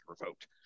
revoked